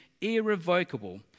irrevocable